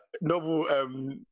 novel